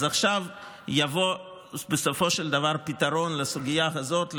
אז עכשיו יבוא בסופו של דבר פתרון לסוגיה הזאת,